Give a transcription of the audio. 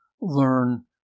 learn